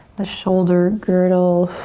the shoulder girdle,